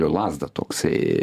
lazdą toksai